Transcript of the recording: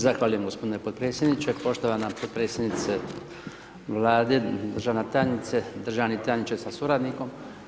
Zahvaljujem g. potpredsjedniče, poštovana potpredsjednica vlade, državna tajnice, državni tajniče sa suradnikom.